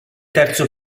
terzo